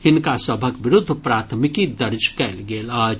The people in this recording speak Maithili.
हिनका सभक विरूद्व प्राथमिकी दर्ज कयल गेल अछि